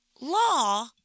law